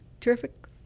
Terrific